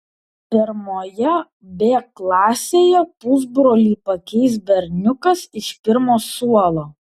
pirmoje b klasėje pusbrolį pakeis berniukas iš pirmo suolo